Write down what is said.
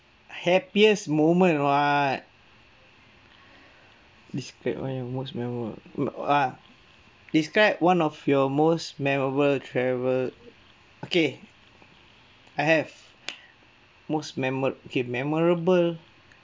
happiest moment [what] describe what your most memorable uh ah describe one of your most memorable travel okay I have most memo~ memorable